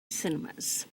cinemas